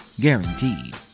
Guaranteed